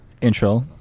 intro